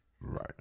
right